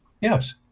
yes